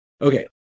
okay